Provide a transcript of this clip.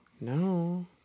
No